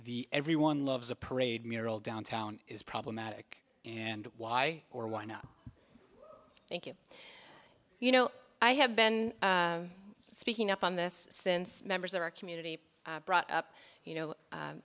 the everyone loves a parade mural downtown is problematic and why or why not thank you you know i have been speaking up on this since members of our community brought up you know